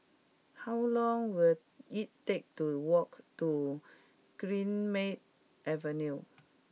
how long will it take to walk to Greenmead Avenue